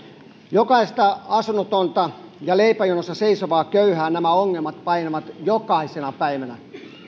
jokaista asunnotonta ja leipäjonossa seisovaa köyhää sekä myös heidän läheisiään nämä ongelmat painavat jokaisena päivänä